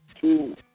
two